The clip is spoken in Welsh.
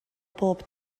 bob